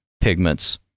pigments